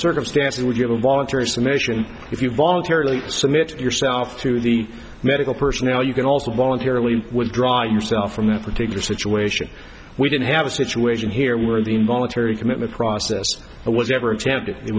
circumstances would you have a voluntary summation if you voluntarily submit yourself to the medical personnel you can also volunteer early would draw yourself from that particular situation we didn't have a situation here where the involuntary commitment process it was